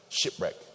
shipwreck